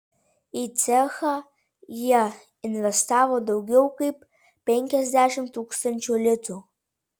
į cechą jie investavo daugiau kaip penkiasdešimt tūkstančių litų